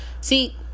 See